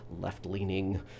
left-leaning